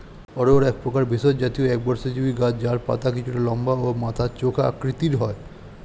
অড়হর একপ্রকার ভেষজ জাতীয় একবর্ষজীবি গাছ যার পাতা কিছুটা লম্বা ও মাথা চোখা আকৃতির হয়